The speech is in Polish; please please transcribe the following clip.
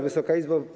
Wysoka Izbo!